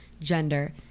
gender